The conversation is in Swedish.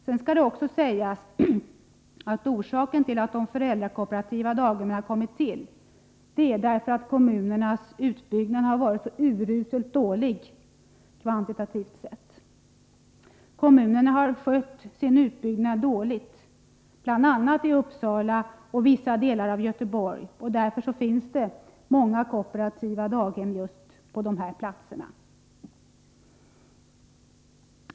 Sedan skall det också sägas att orsaken till att de föräldrakooperativa daghemmen har kommit till är att kommunernas utbyggnad har varit så uruselt dålig, kvantitativt sett. Kommunerna har skött sin utbyggnad dåligt, bl.a. i Uppsala och i vissa delar av Göteborg. Därför finns det många kooperativa daghem just på dessa platser.